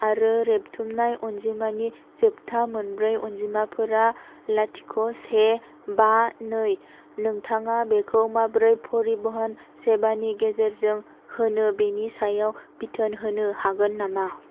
आरो रेबथुमनाय अनजिमानि जोबथा मोनब्रै अनजिमाफोरा लाथिख' से बा नै नोंथाङा बेखौ माबोरै परिबहन सेभानि गेजेरजों होनो बेनि सायाव बिथोन होनो हागोन नामा